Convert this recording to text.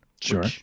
Sure